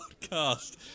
Podcast